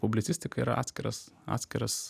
publicistika yra atskiras atskiras